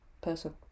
person